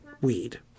weed